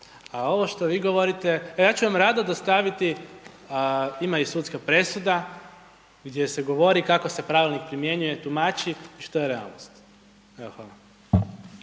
a ovo što vi govorite, ja ću vam rado dostaviti, ima i sudska presuda gdje se govori kako se pravilnik primjenjuje, tumači, znači, to je realnost. Evo,